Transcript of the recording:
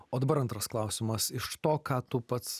o dabar antras klausimas iš to ką tu pats